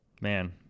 Man